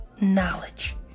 knowledge